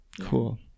Cool